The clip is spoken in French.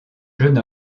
jeune